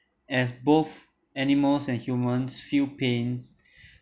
as both animals and humans feel pain